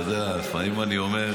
אתה יודע, לפעמים אני אומר: